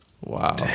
Wow